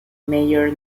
mayer